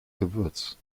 gewürz